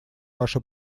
ваше